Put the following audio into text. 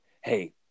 hey